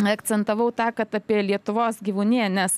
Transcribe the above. akcentavau tą kad apie lietuvos gyvūniją nes